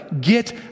Get